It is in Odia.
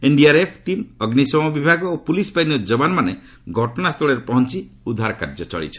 ଏନ୍ଡିଆର୍ଏଫ୍ ଟିମ୍ ଅଗ୍ନିଶମ ବିଭାଗ ଓ ପୁଲିସ ବାହିନୀର ଜବାନମାନେ ଘଟଣାସ୍ଥଳରେ ପହଞ୍ଚ ଉଦ୍ଧାରକାର୍ଯ୍ୟ ଚଳାଇଛନ୍ତି